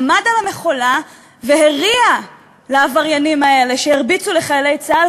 עמד על המכולה והריע לעבריינים האלה שהרביצו לחיילי צה"ל,